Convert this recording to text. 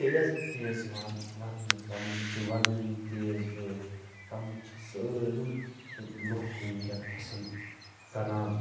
تیز تیز یِوان وننہٕ تِمن چھِ وانٕنی تیز بٲتھ تِم چھِ سٲلم لُکھ وٕنکٮ۪ن پسند کَران